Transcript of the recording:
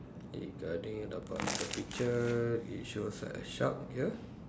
regarding about the picture it shows a shark here